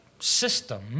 System